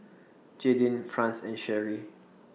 Jadyn Franz and Cherri